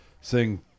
sing